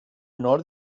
nor